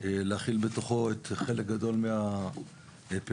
להחיל בתוכו חלק גדול מהפערים.